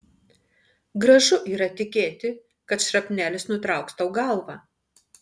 gražu yra tikėti kad šrapnelis nutrauks tau galvą